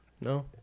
No